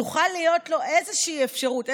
שתוכל להיות לו איזושהי אפשרות,